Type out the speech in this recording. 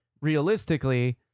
realistically